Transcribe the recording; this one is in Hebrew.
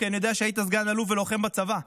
כי אני יודע שהיית סגן אלוף ולוחם בצבא: